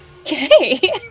Okay